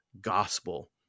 gospel